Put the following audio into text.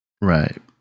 Right